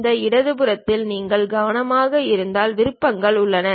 இந்த இடது புறத்தில் நீங்கள் கவனமாகப் பார்த்தால் விருப்பங்கள் உள்ளன